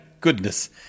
goodness